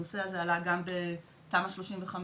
הנושא הזה עלה גם בתמ"א 34,